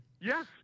Yes